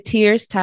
Tears